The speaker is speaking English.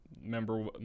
member